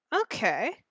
Okay